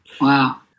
Wow